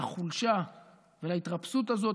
לחולשה ולהתרפסות הזאת.